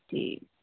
ਠੀਕ